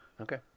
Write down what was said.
Okay